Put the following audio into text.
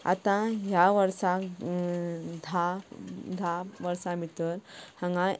आतां ह्या वर्साक धा धा वर्सां भितर हांगा